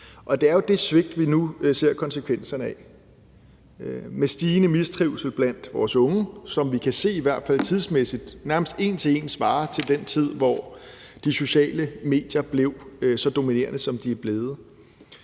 det er jo det svigt, vi nu ser konsekvenserne af – med stigende mistrivsel blandt vores unge, som vi kan se i hvert fald tidsmæssigt svarer nærmest en til en til den tid, hvor de sociale medier blev så dominerende, som de er blevet;